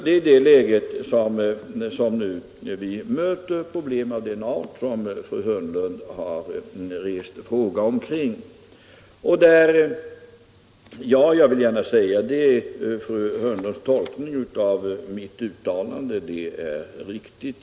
Det är det läget vi nu möter, med problem av den art som fru Hörnlund tagit upp. Jag vill gärna säga att fru Hörnlunds tolkning av mitt uttalande är riktig.